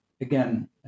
again